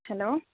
hello